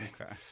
Okay